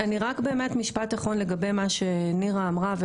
משפט אחרון לגבי מה שנירה אמרה.